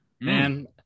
Man